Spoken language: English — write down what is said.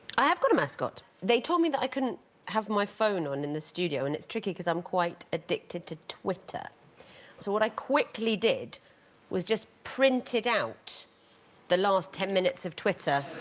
i have got a mascot they told me that i couldn't have my phone on in the studio and it's tricky because i'm quite addicted to twitter so what i quickly did was just printed out the last ten minutes of twitter